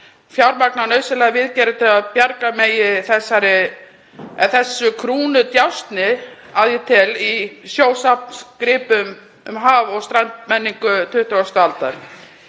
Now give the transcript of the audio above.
fjármagna nauðsynlegar viðgerðir til að bjarga megi þessu krúnudjásni, að ég tel, sjósafngripa um haf- og strandmenningu 20. aldar.